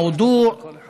נושא מס